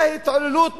זה התעללות באנשים,